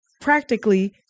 practically